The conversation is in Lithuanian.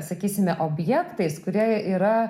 sakysime objektais kurie yra